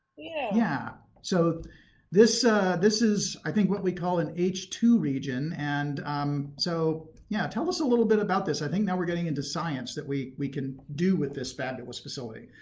yeah. yeah so this this is i think what we call an h ii region. and um so yeah tell us a little bit about this. i think now we're getting into science that we we can do with this fabulous facility.